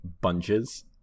bunches